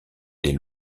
des